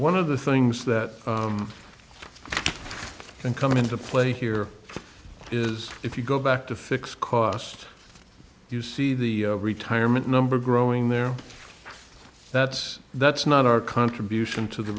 one of the things that can come into play here is if you go back to fixed cost you see the retirement number growing there that's that's not our contribution to the